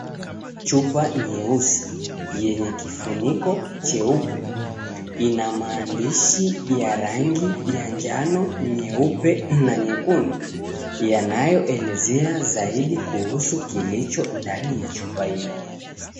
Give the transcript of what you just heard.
Chupa nyeusi yenye kifuniko cheupe ina maandishi ya rangi ya njano, nyeupe na nyekundu yanayoelezea zaidi kuhusu kilicho ndani ya chupa hii.